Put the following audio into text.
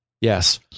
Yes